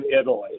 Italy